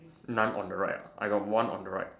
none on the right ah I got one on the right